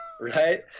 Right